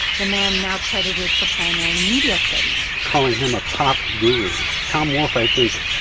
the man now credited for pioneering media studies calling him a pop guru tom wolfe, i think,